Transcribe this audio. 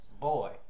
boy